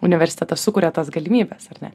universitetas sukuria tas galimybes ar ne